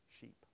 sheep